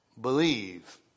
believe